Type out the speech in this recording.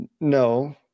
No